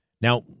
Now